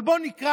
אבל בואו נקרא.